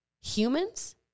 humans